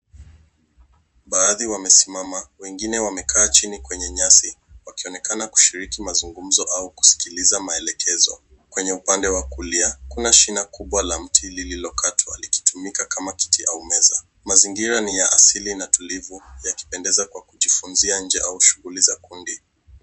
Baadhi wamesimama, wengine wamekaa chini kwenye nyasi, wakionekana kushiriki mazungumzo au kusikiliza maelekezo. Kwenye upande wa kulia, kuna shina kubwa la mti lililokatwa likitumika kama kiti au meza. Mazingira ni ya asili na tulivu, yakipendeza kwa kujifunzia nje au shughuli za kundi.